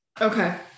Okay